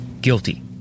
Guilty